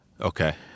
Okay